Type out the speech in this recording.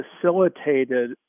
facilitated